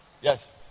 Yes